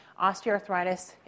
osteoarthritis